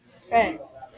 Thanks